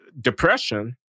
Depression